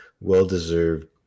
well-deserved